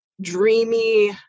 dreamy